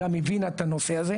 שהבינה את הנושא הזה.